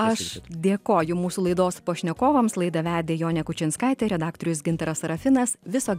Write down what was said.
aš dėkoju mūsų laidos pašnekovams laidą vedė jonė kučinskaitė redaktorius gintaras serafinas visą